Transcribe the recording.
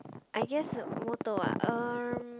I guess motto um